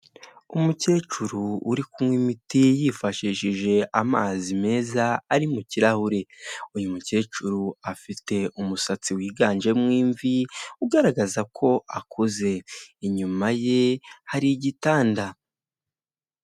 Umukecuru uri kunywa imiti yifashishije amazi meza ari mu kirahure uyu mukecuru afite umusatsi wiganjemo imvi ugaragaza ko akuze inyuma ye hari igitanda.